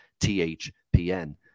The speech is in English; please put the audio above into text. THPN